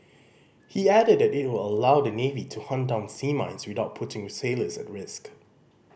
he added it will allow the navy to hunt down sea mines without putting sailors at risk